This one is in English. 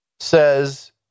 says